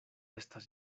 estas